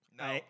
no